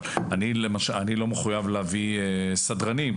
אבל אני לא מחויב להביא סדרנים,